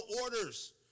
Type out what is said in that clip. orders